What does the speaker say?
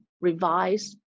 revised